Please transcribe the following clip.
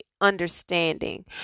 understanding